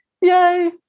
Yay